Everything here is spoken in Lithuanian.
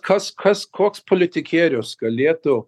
kas kas koks politikierius galėtų